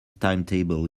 timetable